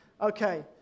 Okay